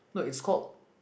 no it's called